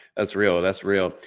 that's real. that's real.